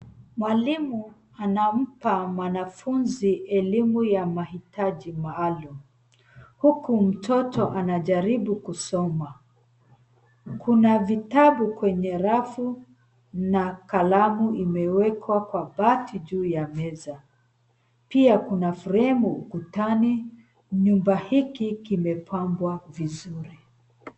Mwalimu anampa mwanafunzi elimu ya mahitaji maalum, huku mtoto anajaribu kusoma. Kuna vitabu kwenye rafu na kalamu imewekwa kwa bati juu ya meza. Pia kuna fremu ukutani. Nyumba hiki kimepambwa vizuri.